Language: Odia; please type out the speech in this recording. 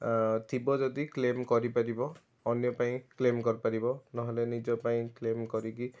ଅ ଥିବ ଯଦି କ୍ଲେମ କରି ପାରିବ ଅନ୍ୟ ପାଇଁ କ୍ଲେମ କରି ପାରିବ ନହଲେ ନିଜ ପାଇଁ କ୍ଲେମ କରିକି